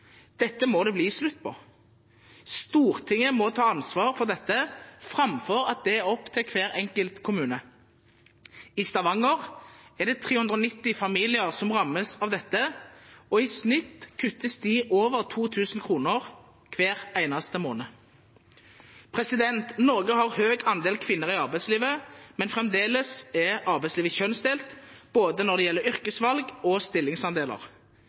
Dette må det bli slutt på. Stortinget må ta ansvar for dette, framfor at dette er opp til hver enkelt kommune. I Stavanger er det 390 familier som rammes av dette, og i snitt kuttes det over 2 000 kr hver eneste måned. Norge har høy andel kvinner i arbeidslivet, men fremdeles er arbeidslivet kjønnsdelt, både når det gjelder yrkesvalg og stillingsandeler.